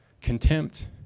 contempt